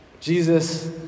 Jesus